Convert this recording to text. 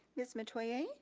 ms. metoyer.